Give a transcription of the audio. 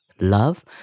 love